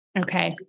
Okay